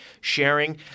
sharing